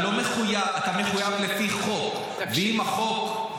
אתה מחויב לפי חוק, ואם החוק --- תקשיב.